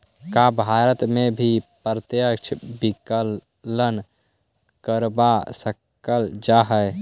का भारत में भी प्रत्यक्ष विकलन करवा सकल जा हई?